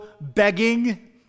begging